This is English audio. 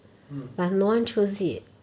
mm